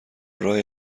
راهی